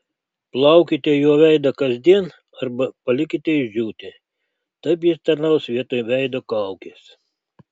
plaukite juo veidą kasdien arba palikite išdžiūti taip jis tarnaus vietoj veido kaukės